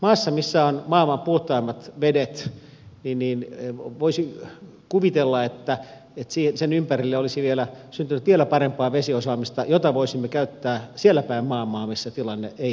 maassa missä on maailman puhtaimmat vedet voisi kuvitella että sen ympärille olisi syntynyt vielä parempaa vesiosaamista jota voisimme käyttää siellä päin maailmaa missä tilanne ei ole samanlainen